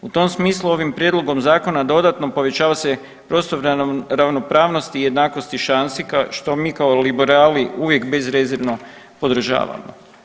U tom smislu ovim prijedlogom Zakona dodatno povećava se prostor ravnopravnosti i jednakosti šansi što mi kao liberali uvijek bezrezervno podržavamo.